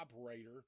operator